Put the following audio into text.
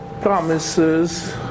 promises